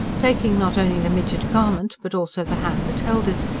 taking not only the midget garment but also the hand that held it,